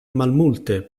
malmulte